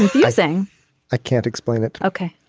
you're saying i can't explain it okay